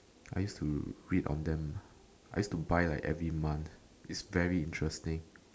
I used to read on them I used to buy like every month its very interesting